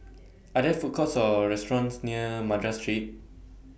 Are There Food Courts Or restaurants near Madras Street